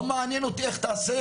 לא מעניין אותי איך תעשה,